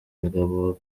mugabo